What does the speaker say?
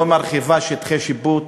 לא מרחיבה שטחי שיפוט.